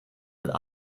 but